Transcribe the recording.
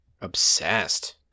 obsessed